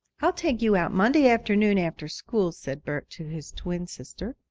i'll take you out monday afternoon, after school, said bert to his twin sister